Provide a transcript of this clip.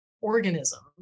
organism